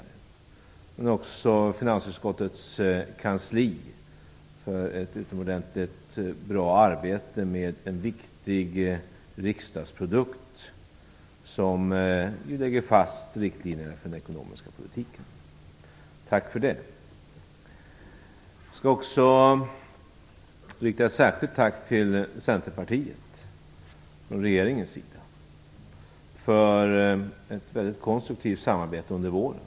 Jag vill också tacka finansutskottets kansli för ett utomordentligt bra arbete med en viktig riksdagsprodukt, som lägger fast riktlinjerna för den ekonomiska politiken. Tack för det. Jag skall också rikta ett särskilt tack till Centerpartiet från regeringens sida, för ett väldigt konstruktivt samarbete under våren.